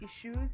issues